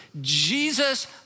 Jesus